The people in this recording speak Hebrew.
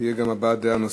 תהיה גם הבעת דעה נוספת,